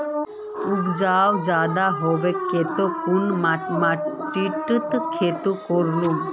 उपजाऊ ज्यादा होबार केते कुन माटित खेती करूम?